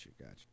gotcha